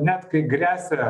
net kai gresia